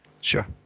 Sure